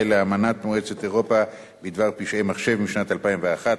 לאמנת מועצת אירופה בדבר פשעי מחשב משנת 2001,